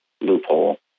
loophole